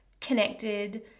connected